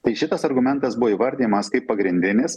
tai šitas argumentas buvo įvardijamas kaip pagrindinis